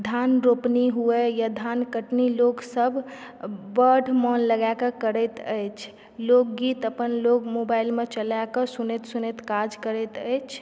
धान रोपनी हुअ वा धान कटनी लोकसभ बड्ड मन लगाके करैत अछि लोकगीत अपन लोक मोबाइलमे चलाके सुनैत सुनैत काज करैत अछि